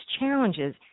challenges